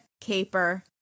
caper